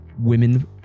women